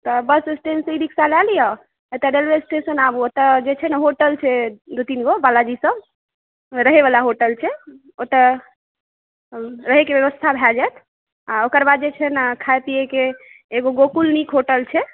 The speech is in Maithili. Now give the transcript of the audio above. तऽ बस स्टैणडसँ ई रिकशा लए लिअ एतऽ रेलवे स्टेशन आबू ओतऽ जे छै ने होटल छै दू तीन गो बालाजी सभ रहैबला होटल छै ओतऽ रहैके व्यवस्था भए जायत आ ओकर बाद जे छै ने खाय पीयैके एगो गोकुल नीक होटल छै